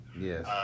Yes